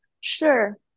sure